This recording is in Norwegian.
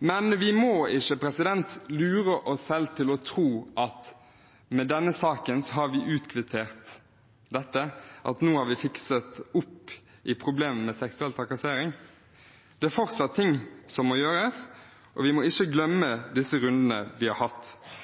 Men vi må ikke lure oss selv til å tro at vi med denne saken har utkvittert dette, at nå har vi ryddet opp i problemene med seksuell trakassering. Det er fortsatt ting som må gjøres, og vi må ikke glemme de rundene vi har hatt